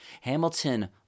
Hamilton